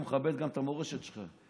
הוא מכבד גם את המורשת שלך,